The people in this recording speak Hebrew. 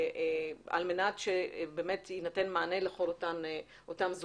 על מנת שיינתן מענה לכל אותם זוגות.